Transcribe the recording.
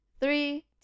Three